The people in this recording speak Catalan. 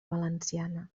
valenciana